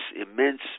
immense